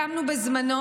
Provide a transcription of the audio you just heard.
בזמנו,